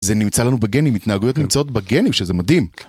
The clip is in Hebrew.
זה נמצא לנו בגנים, התנהגויות נמצאות בגנים, שזה מדהים.